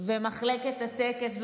ומחלקת הטקס, שארגנה את כל מה שראינו.